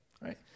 right